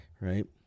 right